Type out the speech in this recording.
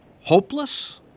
Hopeless